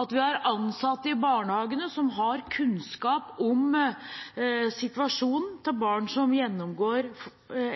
at vi har ansatte i barnehagene som har kunnskap om situasjonen til barn som gjennomgår